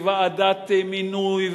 וועדת מינוי,